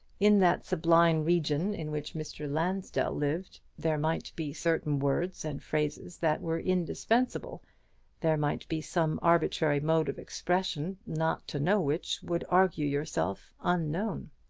in that sublime region in which mr. lansdell lived, there might be certain words and phrases that were indispensable there might be some arbitrary mode of expression, not to know which would argue yourself unknown.